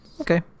Okay